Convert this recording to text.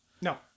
No